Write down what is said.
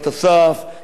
אם בשילה,